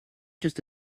just